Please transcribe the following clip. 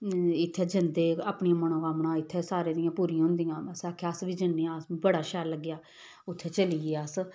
इत्थै जंदे अपनियां मनोकामना इत्थें सारें दियां पूरियां होंदियां अस आखेआ अस बी जन्ने आं अस बड़ा शैल लग्गेआ उत्थै चली गे अस